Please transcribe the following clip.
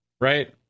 right